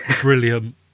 Brilliant